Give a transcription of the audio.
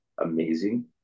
amazing